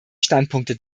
standpunkte